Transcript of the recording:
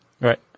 Right